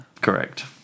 Correct